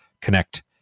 Connect